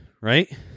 right